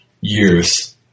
years